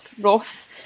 roth